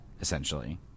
Essentially